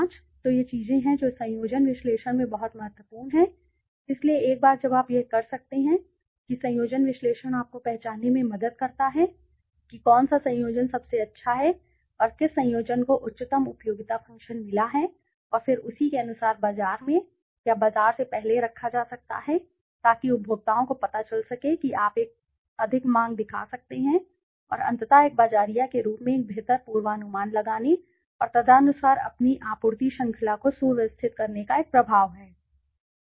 125 तो ये चीजें हैं जो संयोजन विश्लेषण में बहुत महत्वपूर्ण हैं इसलिए एक बार जब आप यह कर सकते हैं कि संयोजन विश्लेषण आपको पहचानने में मदद करता है कि कौन सा संयोजन सबसे अच्छा है और किस संयोजन को उच्चतम उपयोगिता फ़ंक्शन मिला है और फिर उसी के अनुसार बाजार में या बाजार से पहले रखा जा सकता है ताकि उपभोक्ताओं को पता चल सके कि आप एक अधिक मांग दिखा सकते हैं और अंततः एक बाज़ारिया के रूप में एक बेहतर पूर्वानुमान लगाने और तदनुसार अपनी आपूर्ति श्रृंखला को सुव्यवस्थित करने का एक प्रभाव है ठीक है ठीक है वह दिन हमारे पास है